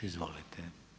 Izvolite.